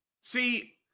See